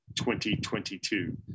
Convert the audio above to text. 2022